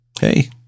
hey